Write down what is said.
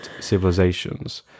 civilizations